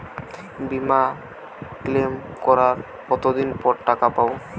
বিমা ক্লেম করার কতদিন পর টাকা পাব?